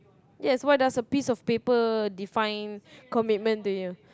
yes why does a piece of paper define commitment to you